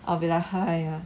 I will be like !aiya!